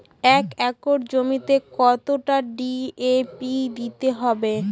এক একর জমিতে কতটা ডি.এ.পি দিতে হবে?